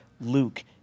Luke